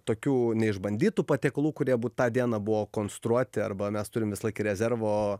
tokių neišbandytų patiekalų kurie abu tą dieną buvo konstruoti arba mes turim visąlaik rezervo